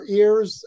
ears